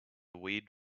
weed